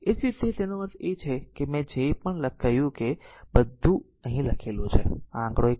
એ જ રીતે તેનો અર્થ એ કે મેં જે પણ કહ્યું કે બધું બધું અહીં લખેલું છે આ આંકડો 1